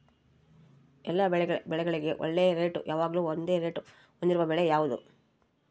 ಎಲ್ಲ ಬೆಳೆಗಳಿಗೆ ಒಳ್ಳೆ ರೇಟ್ ಯಾವಾಗ್ಲೂ ಒಂದೇ ರೇಟ್ ಹೊಂದಿರುವ ಬೆಳೆ ಯಾವುದು?